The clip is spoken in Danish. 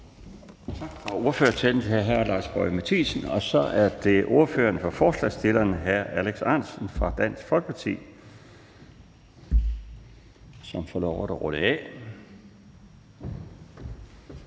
Så er det ordføreren for forslagsstillerne, hr. Alex Ahrendtsen fra Dansk Folkeparti, som får lov at runde af.